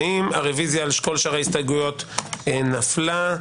הרביזיה על כל שאר ההסתייגויות נפלה.